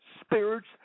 spirits